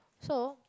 so